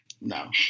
No